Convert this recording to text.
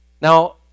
Now